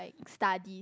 study